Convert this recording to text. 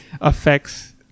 affects